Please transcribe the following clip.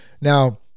Now